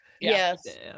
yes